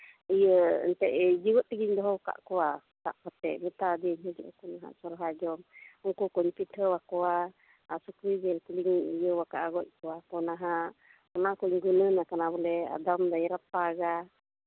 ᱤᱭᱟᱹ ᱮᱱᱛᱮᱜ ᱡᱮᱣᱮᱫ ᱛᱮᱜᱮᱧ ᱫᱚᱦᱚ ᱟᱠᱟᱫ ᱠᱚᱣᱟ ᱥᱟᱵ ᱠᱟᱛᱮᱫ ᱢᱮᱛᱟ ᱫᱮᱭᱟᱹᱧ ᱦᱤᱡᱩᱜ ᱟᱹᱠᱤᱱ ᱦᱟᱸᱜ ᱥᱚᱦᱚᱨᱟᱭ ᱡᱚᱢ ᱩᱱᱠᱩ ᱠᱚᱧ ᱯᱤᱴᱷᱟᱹ ᱟᱠᱚᱣᱟ ᱟᱨ ᱥᱩᱠᱨᱤ ᱡᱤᱞ ᱤᱭᱟᱹ ᱠᱟᱜᱼᱟ ᱜᱚᱡ ᱠᱚᱣᱟ ᱠᱚ ᱱᱟᱦᱟᱜ ᱚᱱᱟᱠᱩᱧ ᱜᱩᱱᱟᱹᱱ ᱟᱠᱟᱱᱟ ᱵᱚᱞᱮ ᱟᱫᱚᱢ ᱫᱚᱧ ᱨᱟᱯᱟᱜᱟ